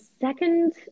second